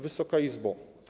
Wysoka Izbo!